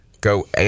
go